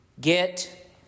Get